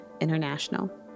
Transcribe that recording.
International